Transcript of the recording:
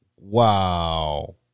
wow